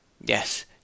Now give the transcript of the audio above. Yes